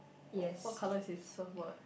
what color is his surfboard